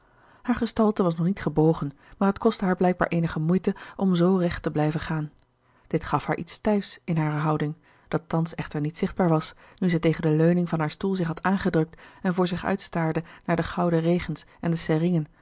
hare gestalte was nog niet gebogen maar het kostte haar blijkbaar eenige moeite om zoo recht te blijven gaan dit gaf haar iets stijfs in hare houding dat thans echter niet zichtbaar was nu zij tegen de leuning van haar stoel zich had aangedrukt en voor zich uitstaarde naar de gouden regens en de seringen